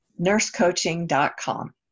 nursecoaching.com